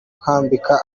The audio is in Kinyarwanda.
kwambika